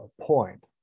point